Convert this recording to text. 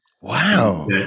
Wow